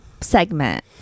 segment